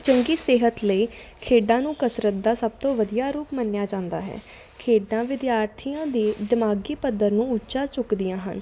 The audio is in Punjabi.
ਚੰਗੀ ਸਿਹਤ ਲਈ ਖੇਡਾਂ ਨੂੰ ਕਸਰਤ ਦਾ ਸਭ ਤੋਂ ਵਧੀਆ ਰੂਪ ਮੰਨਿਆ ਜਾਂਦਾ ਹੈ ਖੇਡਾਂ ਵਿਦਿਆਰਥੀਆਂ ਦੇ ਦਿਮਾਗੀ ਪੱਧਰ ਨੂੰ ਉੱਚਾ ਚੁੱਕਦੀਆਂ ਹਨ